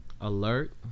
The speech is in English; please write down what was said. alert